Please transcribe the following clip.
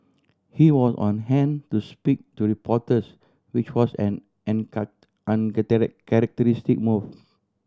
he was on hand to speak to reporters which was an characteristic moves